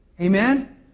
Amen